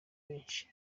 benshi